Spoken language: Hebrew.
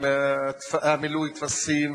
מילוי טפסים,